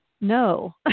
no